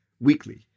weekly